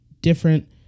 different